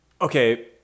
okay